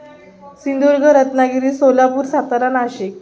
Sindhudurg Ratnagiri Solapur Satara Nashik